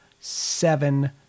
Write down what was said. seven